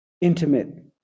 intimate